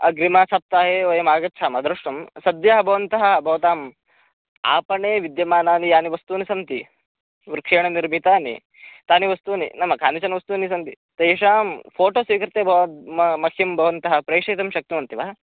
अग्रिमे सप्ताहे वयमागच्छामः द्रष्टुं सद्य भवन्तः भवताम् आपणे विद्यमानानि यानि वस्तूनि सन्ति वृक्षैः निर्मितानि तानि वस्तूनि नाम कानिचन वस्तूनि सन्ति तेषां फ़ोटो स्वीकृत्य भवन्तः म मह्यं भवन्तः प्रेषयितुं शक्नुवन्ति वा